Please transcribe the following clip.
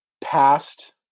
past